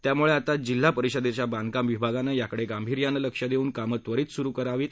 त्यामुळे आता जिल्हा परिषदेच्या बांधकाम विभागाने याकडे गांभिर्यानं लक्ष देऊन कामे त्वरीत सुरू करून घ्यावीत